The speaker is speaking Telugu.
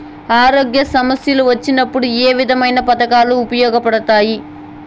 ఆరోగ్య సమస్యలు వచ్చినప్పుడు ఏ విధమైన పథకాలు ఉపయోగపడతాయి